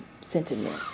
sentiment